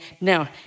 Now